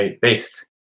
based